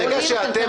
ברגע שאתם